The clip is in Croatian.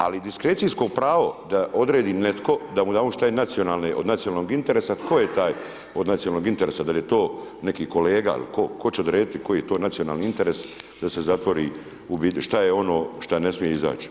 Ali diskrecijsko pravo da odredi netko da mu damo šta je od nacionalnog interesa tko je taj od nacionalnog interesa, dal je to neki kolega ili ko tko će odrediti koji je to nacionalni interes da se zatvori, u biti šta je ono šta ne smije izaći.